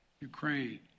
Ukraine